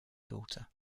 daughter